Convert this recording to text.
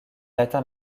atteint